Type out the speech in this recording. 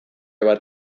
bat